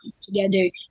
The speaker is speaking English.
together